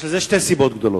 יש לזה שתי סיבות עיקריות.